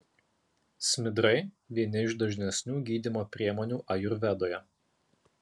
smidrai vieni iš dažnesnių gydymo priemonių ajurvedoje